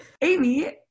Amy